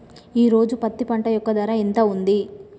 ఈ రోజు పత్తి పంట యొక్క ధర ఎంత ఉంది?